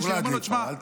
הוא אמר לו: שמע,